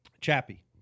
Chappie